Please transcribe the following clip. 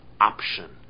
option